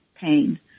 pain